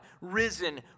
risen